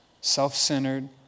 self-centered